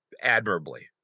Admirably